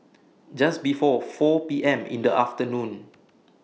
Just before four P M in The afternoon